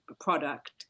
product